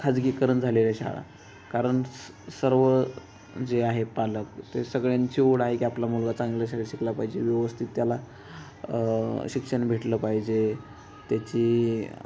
खाजगीकरण झालेल्या शाळा कारण स सर्व जे आहे पालक ते सगळ्यांची ओढ आहे की आपला मुलगा चांगल्या शाळेत शिकला पाहिजे व्यवस्थित त्याला शिक्षण भेटलं पाहिजे त्याची